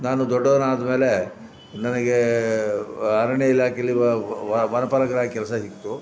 ನಾನು ದೊಡ್ಡೋನಾದಮೇಲೆ ನನಗೆ ಅರಣ್ಯ ಇಲಾಖೆಯಲ್ಲಿ ವನಪಾಲಕರಾಗಿ ಕೆಲಸ ಸಿಕ್ತು